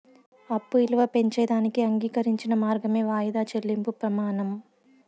అప్పు ఇలువ పెంచేదానికి అంగీకరించిన మార్గమే వాయిదా చెల్లింపు ప్రమానం